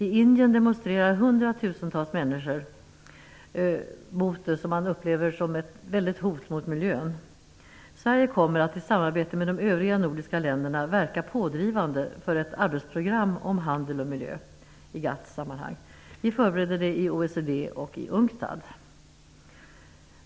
I Indien demonstrerar hundratusentals människor mot vad man upplever som ett stort hot mot miljön. Sverige kommer att i samarbete med de övriga nordiska länderna verka pådrivande för ett arbetsprogram om handel och miljö i GATT-sammanhang. Vi förbereder det i OECD och UNCTAD.